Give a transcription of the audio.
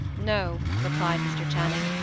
no, replied mr. channing.